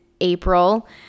April